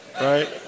Right